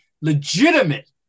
legitimate